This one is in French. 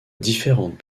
différentes